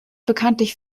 bekanntlich